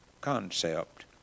concept